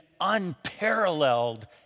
unparalleled